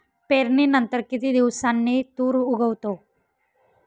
पेरणीनंतर किती दिवसांनी तूर उगवतो?